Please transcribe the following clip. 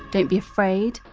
don't be afraid,